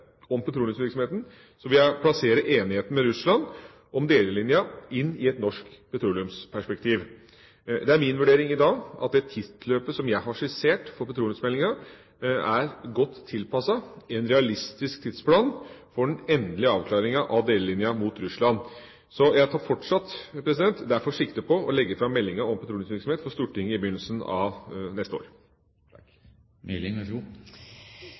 om petroleumsvirksomheten, vil jeg plassere enigheten med Russland om delelinjen inn i et norsk petroleumsperspektiv. Det er min vurdering i dag at det tidsløpet som jeg har skissert for petroleumsmeldinga, er godt tilpasset en realistisk tidsplan for den endelige avklaringen av delelinjen mot Russland. Jeg tar derfor fortsatt sikte på å legge fram meldinga om petroleumsvirksomhet for Stortinget i begynnelsen av neste år.